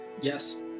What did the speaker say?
yes